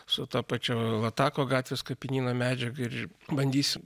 su tuo pačiu latako gatvės kapinyno medžiaga ir bandysim